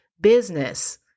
business